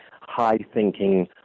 high-thinking